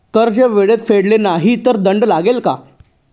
कर्ज वेळेत फेडले नाही तर दंड लागेल का?